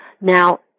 Now